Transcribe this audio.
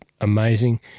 amazing